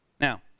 Now